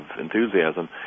enthusiasm